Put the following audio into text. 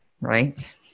right